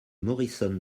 morrison